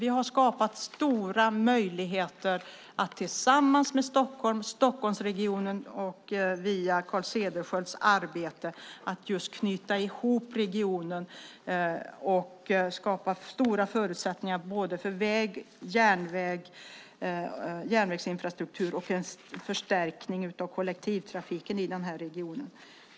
Vi har skapat stora möjligheter, via Carl Cederschiölds arbete, att knyta ihop Stockholmsregionen och skapa förutsättningar för väg och järnvägsinfrastruktur och en förstärkning av kollektivtrafiken i regionen.